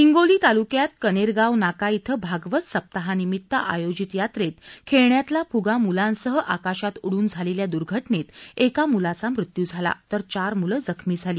हिंगोली तालुक्यात कनेरगाव नाका इथं भागवत सप्ताहानिमित्त आयोजित यात्रेत खेळण्यातला फुगा मुलांसह आकाशात उडून झालेल्या दुर्घटनेत एका मुलाचा मृत्यू झाला तर चार मुलं जखमी झाली